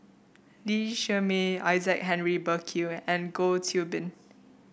Lee Shermay Isaac Henry Burkill and Goh Qiu Bin